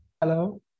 hello